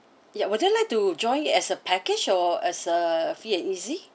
yup would you like to join it as a package or as a free and easy